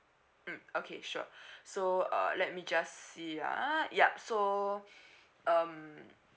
mm okay sure so uh let me just see uh ya so um